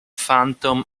phantom